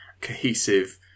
cohesive